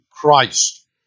Christ